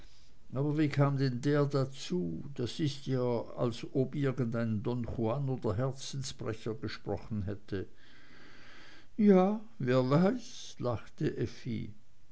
aber wie kam denn der dazu das ist ja als ob es irgendein don juan oder herzensbrecher gesprochen hätte ja wer weiß lachte